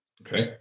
Okay